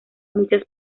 muchas